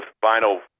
final